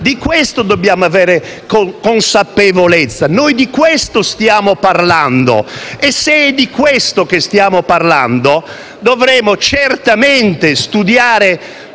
Di questo dobbiamo avere consapevolezza. Di questo stiamo parlando e se è di questo che stiamo parlando, dovremo certamente studiare